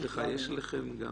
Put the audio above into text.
יש לכם גם